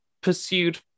pursued